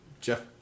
Jeff